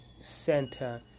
Center